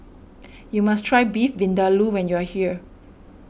you must try Beef Vindaloo when you are here